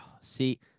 See